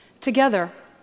Together